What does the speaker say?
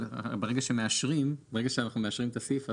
אבל ברגע שאנחנו מאשרים את הסעיף -- אה,